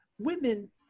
women